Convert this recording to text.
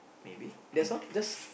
maybe that's all that's